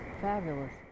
Fabulous